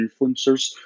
influencers